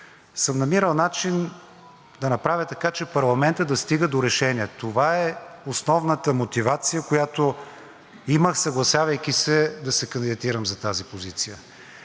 съм намирал начин да направя така, че парламентът да стига до решение. Това е основната мотивация, която имах, съгласявайки се да се кандидатирам за тази позиция,